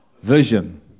vision